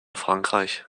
frankreich